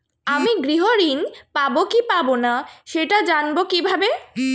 আমি গৃহ ঋণ পাবো কি পাবো না সেটা জানবো কিভাবে?